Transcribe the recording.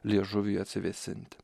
liežuvį atsivėsinti